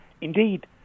Indeed